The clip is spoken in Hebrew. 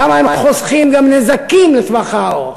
כמה הם חוסכים גם נזקים לטווח הארוך.